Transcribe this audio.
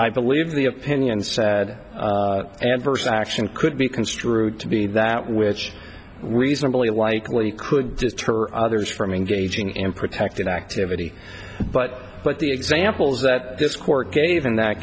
i believe the opinion said adverse action could be construed to be that which reasonably likely could deter others from engaging in protected activity but but the examples that this court gave in that